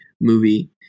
movie